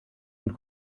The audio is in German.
und